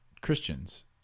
christians